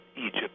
Egypt